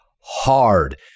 hard